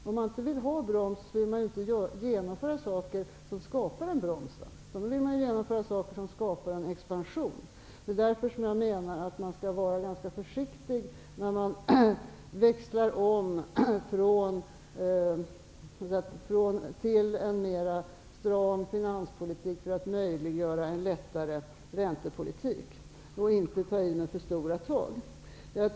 Om man inte vill ha en broms, genomför man inte saker som skapar en broms. Då vill man genomföra saker som skapar expansion. Därför menar jag att man skall vara ganska försiktig, när man växlar till en mer stram finanspolitik för att möjliggöra en lättare räntepolitik, och inte ta i med för stora tag.